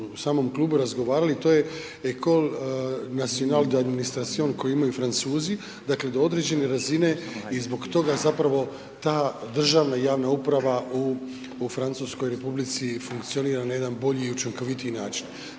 u samom klubu razgovarali, to je L'ecole nationale d' administration koji imaju Francuzi, dakle do određene razine i zbog toga zapravo ta državna i javna uprava u Francuskoj Republici funkcionira na jedan bolji i učinkovitiji način.